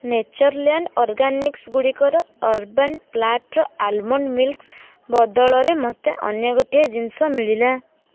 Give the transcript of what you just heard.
Natureland Organics ଗୁଡ଼ିକର Urban Platter almond milks ବଦଳରେ ମୋତେ ଅନ୍ୟ ଗୋଟିଏ ଜିନିଷ ମିଳିଲା